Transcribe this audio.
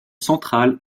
centrale